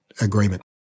agreement